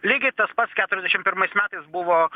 lygiai tas pats keturiasdešim pirmais metais buvo